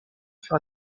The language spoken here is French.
fera